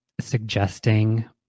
suggesting